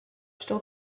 still